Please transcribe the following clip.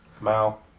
Mal